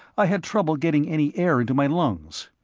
i had trouble getting any air into my lungs.